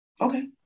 Okay